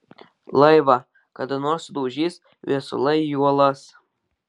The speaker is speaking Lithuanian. laivą kada nors sudaužys viesulai į uolas